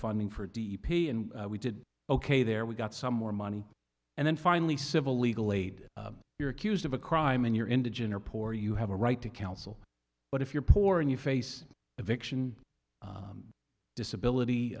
funding for d p and we did ok there we got some more money and then finally civil legal aid you're accused of a crime and you're indigent or poor you have a right to counsel but if you're poor and you face eviction disability